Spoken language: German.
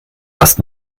was